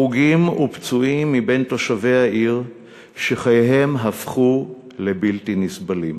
הרוגים ופצועים מבין תושבי העיר שחייהם הפכו לבלתי-נסבלים.